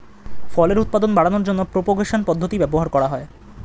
ফলের উৎপাদন বাড়ানোর জন্য প্রোপাগেশন পদ্ধতি ব্যবহার করা হয়